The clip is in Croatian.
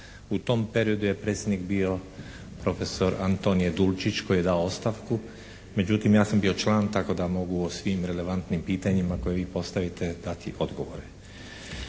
u tom periodu je predsjednik bio profesor Antonije Dulčić koji je dao ostavku, međutim ja sam bio član tako da mogu o svim relevantnim pitanjima koja vi postavite dati odgovore.